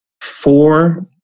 four